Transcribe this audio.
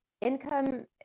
income